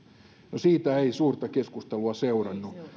no siitä ei suurta keskustelua seurannut